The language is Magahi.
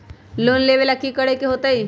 लोन लेवेला की करेके होतई?